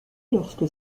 lorsque